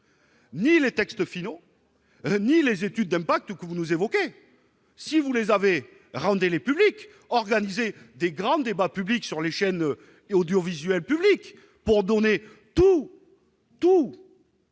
ni les textes finaux, ni les études d'impact que vous évoquez. Si vous les avez, rendez les publics ! Organisez de grands débats sur les chaînes audiovisuelles publiques, afin de mettre